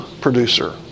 producer